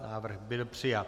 Návrh byl přijat.